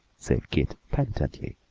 said keith, penitently.